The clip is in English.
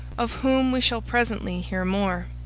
of whom we shall presently hear more.